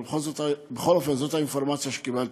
אבל זאת האינפורמציה שקיבלתי.